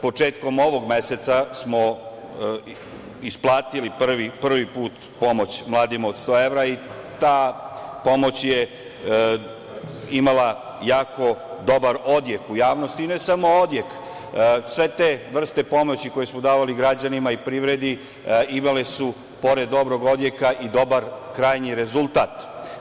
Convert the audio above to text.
Početkom ovog meseca smo isplatili prvi put pomoć mladima od 100 evra i ta pomoć je imala jako dobar odjek u javnosti, i ne samo odjek, sve te vrste pomoći koje smo davali građanima i privredi imale su, pored dobrog odjeka, i dobar krajnji rezultat.